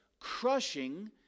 crushing